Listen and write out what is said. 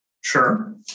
Sure